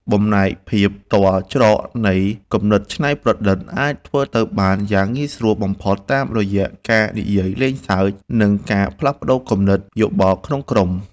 បំបែកភាពទាល់ច្រកនៃគំនិតច្នៃប្រឌិតអាចធ្វើទៅបានយ៉ាងងាយស្រួលបំផុតតាមរយៈការនិយាយលេងសើច និង ការផ្លាស់ប្តូរគំនិតយោបល់ក្នុងក្រុម។